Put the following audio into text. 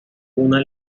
una